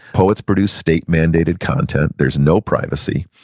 poets produce state-mandated content. there's no privacy.